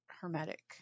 Hermetic